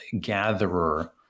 gatherer